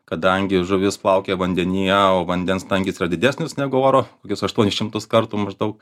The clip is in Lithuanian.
kadangi žuvis plaukia vandenyje o vandens tankis yra didesnis negu oro kokius aštuonis šimtus kartų maždaug